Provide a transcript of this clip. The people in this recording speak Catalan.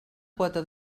quota